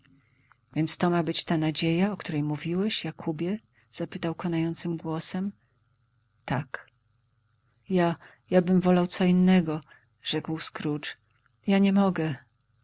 więc to ma być ta nadzieja o której mówiłeś jakóbie zapytał konającym głosem tak ja jabym wolał co innego rzekł scrooge ja nie mogę